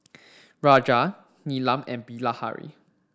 Raja Neelam and Bilahari